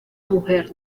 mujer